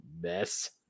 mess